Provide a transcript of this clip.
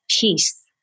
peace